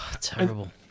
terrible